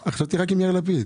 חשבתי רק עם יאיר לפיד.